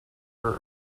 her